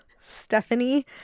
Stephanie